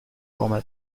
come